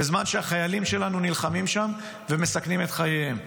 בזמן שהחיילים שלנו נלחמים שם ומסכנים את חייהם.